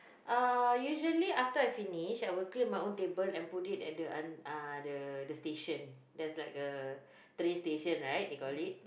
uh usually after I finish I will clear my own table and put it at the un~ uh the the station there is like a tray station right they call it